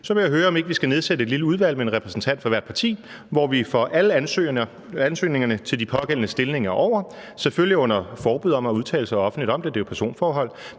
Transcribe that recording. Så jeg vil høre, om vi ikke skal nedsætte et lille udvalg med en repræsentant fra hvert parti, som får alle ansøgningerne til de pågældende stillinger over, selvfølgelig under forbud mod at udtale sig offentligt om det, for det er jo personforhold.